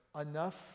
enough